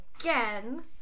again